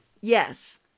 Yes